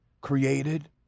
created